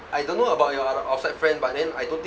I don't know about your ot~ outside friend but then I don't think